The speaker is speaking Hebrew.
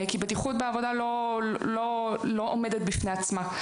כי בטיחות בעבודה לא עומדת בפני עצמה.